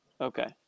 Okay